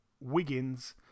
Wiggins